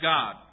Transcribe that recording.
God